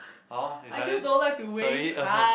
oh you try it sorry (uh huh)